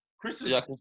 Chris